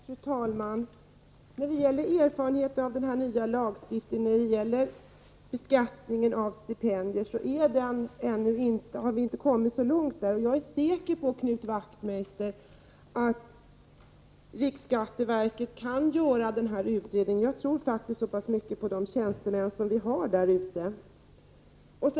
Fru talman! När det gäller erfarenheter av den nya lagstiftningen beträffande beskattningen av stipendier har vi inte kommit så långt än. Jag är säker på, Knut Wachtmeister, att riksskatteverket kan göra denna utredning — jag litar faktiskt så mycket på de tjänstemän som arbetar där.